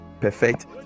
Perfect